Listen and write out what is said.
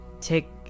take